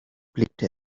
blickte